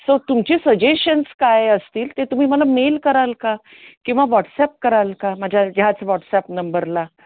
so तुमचे suggestions काय असतील ते तुम्ही मला मेल कराल का किंवा व्हॉट्सॲप कराल का माझ्या ह्याच व्हॉट्सॲप नंबरला